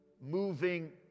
Moving